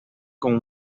con